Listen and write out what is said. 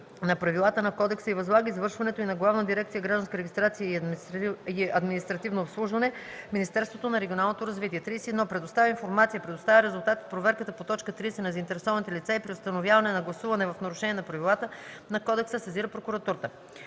на правилата на кодекса и възлага извършването й на Главна дирекция „Гражданска регистрация и административно обслужване” в Министерството на регионалното развитие; 31. предоставя информация, предоставя резултатите от проверката по т. 30 на заинтересованите лица и при установяване на гласуване в нарушение на правилата на кодекса сезира прокуратурата;